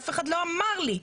אף אחד לא אמר לי,